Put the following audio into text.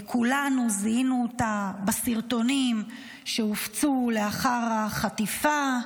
כולנו זיהינו אותה בסרטונים שהופצו לאחר החטיפה.